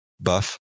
buff